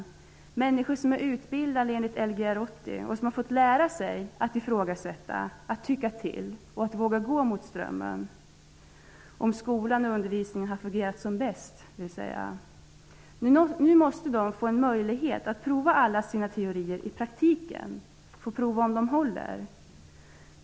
Det är människor som är utbildade enligt Lgr 80 och som har fått lära sig att ifrågasätta, att tycka till och att våga gå mot strömmen -- om skolan och undervisningen har fungerat som bäst vill säga. Nu måste de få en möjlighet att prova alla sina teorier i praktiken och se om de håller.